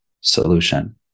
solution